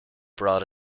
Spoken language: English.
brought